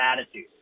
attitude